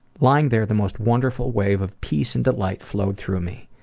lying there, the most wonderful wave of peace and delight flowed through me.